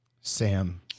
sam